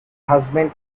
husband